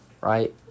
right